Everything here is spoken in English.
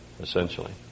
essentially